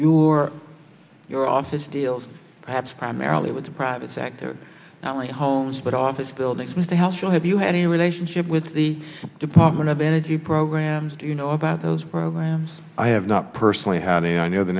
you or your office deals perhaps primarily with the private sector not only homes but office buildings with a house you have you had a relationship with the department of energy programs do you know about those programs i have not personally had i know the